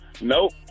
Nope